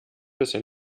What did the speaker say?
bisher